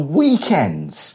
weekends